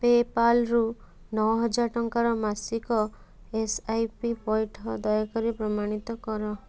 ପେ'ପାଲ୍ରୁ ନଅ ହଜାର ଟଙ୍କାର ମାସିକ ଏସ୍ ଆଇ ପି ପଇଠ ଦୟାକରି ପ୍ରମାଣିତ କର